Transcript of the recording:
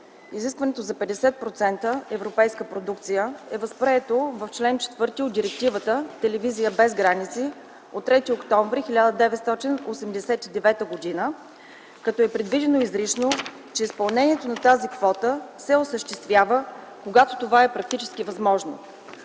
Изискването за 50% европейска продукция е възприето в чл. 4 от Директивата „Телевизия без граници” от 3 октомври 1989 г., като е предвидено изрично, че изпълнението на тази квота се осъществява, когато това е практически възможно.